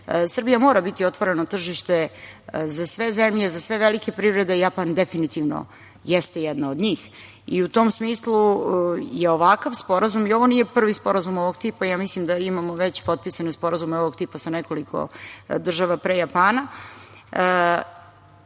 šire. Srbija mora biti otvoreno tržište za sve zemlje, za sve velike privrede. Japan definitivno jeste jedna od njih. U tom smislu je ovakav sporazum, ovo nije prvi sporazum ovog tipa, ja mislim da imamo već potpisane sporazume ovog tipa sa nekoliko država pre Japana,